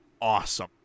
awesome